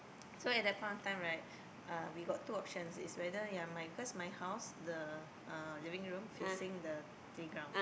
so at that point of time right uh we got two options is whether ya my cause my house the living room facing the playground